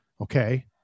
Okay